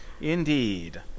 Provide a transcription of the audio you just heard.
Indeed